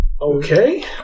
Okay